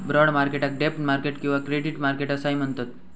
bond मार्केटाक डेब्ट market किंवा क्रेडिट मार्केट असाही म्हणतत